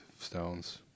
stones